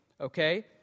Okay